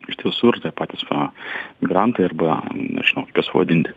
iš tiesų ir tie patys va migrantai arba nežinau kaip juos pavadinti